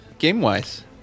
Game-wise